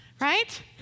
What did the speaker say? right